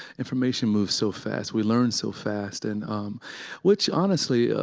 information moves so fast. we learn so fast, and um which, honestly,